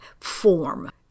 form